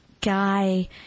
guy